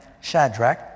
Shadrach